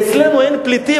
אצלנו אין פליטים.